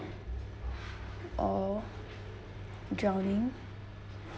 or drowning